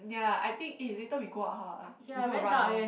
ya I think eh later we go out how ah we go and run down